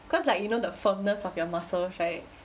cause like you know the firmness of your muscles right